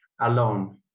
alone